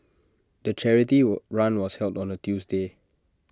the charity wall run was held on A Tuesday